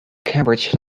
cambridge